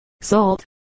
Salt